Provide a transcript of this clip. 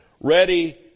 ready